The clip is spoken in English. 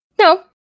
No